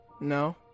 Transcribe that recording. No